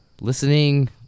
listening